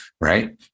right